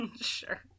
Sure